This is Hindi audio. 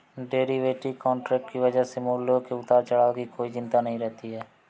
डेरीवेटिव कॉन्ट्रैक्ट की वजह से मूल्यों के उतार चढ़ाव की कोई चिंता नहीं रहती है